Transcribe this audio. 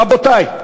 רבותי,